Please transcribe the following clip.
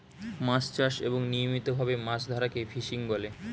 মাছ চাষ এবং নিয়মিত ভাবে মাছ ধরাকে ফিশিং বলে